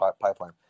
pipeline